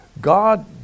God